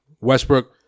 Westbrook